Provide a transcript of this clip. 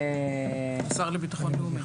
השר לביטחון לאומי.